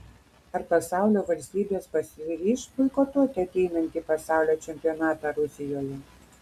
ar pasaulio valstybės pasiryš boikotuoti ateinantį pasaulio čempionatą rusijoje